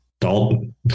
Dalton